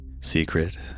Secret